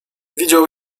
widział